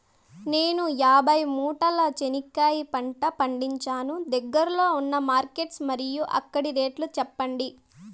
నేను యాభై మూటల చెనక్కాయ పంట పండించాను దగ్గర్లో ఉన్న మార్కెట్స్ మరియు అక్కడ రేట్లు చెప్పండి?